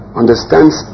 understands